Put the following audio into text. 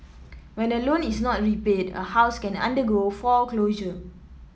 when a loan is not repaid a house can undergo foreclosure